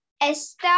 Esta